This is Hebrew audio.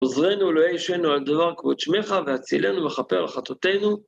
עוזרנו אלוהי ישענו על דבר כבוד שמך, והצילנו וכפר על חטאותינו